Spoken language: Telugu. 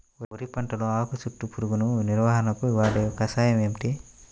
వరి పంటలో ఆకు చుట్టూ పురుగును నివారణకు వాడే కషాయం ఏమిటి?